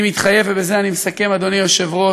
אני מתחייב ובזה אני מסכם, אדוני היושב-ראש,